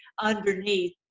underneath